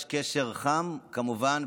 יש קשר חם כמובן,